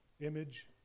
image